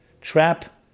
TRAP